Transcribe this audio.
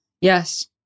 Yes